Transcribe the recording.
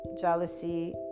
jealousy